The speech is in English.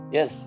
Yes